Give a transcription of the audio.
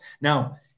now